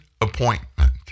appointment